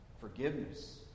forgiveness